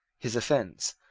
his offence,